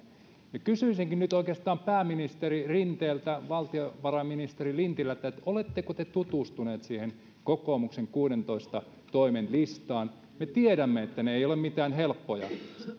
kysyisinkin nyt oikeastaan pääministeri rinteeltä ja valtiovarainministeri lintilältä oletteko te tutustuneet siihen kokoomuksen kuudentoista toimen listaan me tiedämme että ne eivät ole mitään helppoja